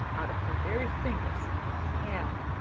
out of her very fingers and,